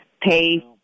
pay